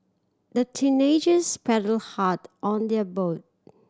the teenagers paddled hard on their boat